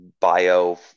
bio